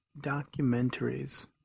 documentaries